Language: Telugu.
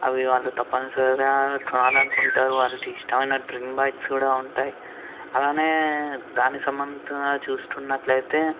అవి వాళ్ళు తప్పనిసరిగా కొనాలని అనుకుంటారు వాళ్ళకి ఇష్టమైన డ్రీమ్ బైక్స్ కూడా ఉంటాయి అలానే దానికి సంబంధితగా చూసుకున్నట్లైతే